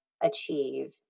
achieve